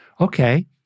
Okay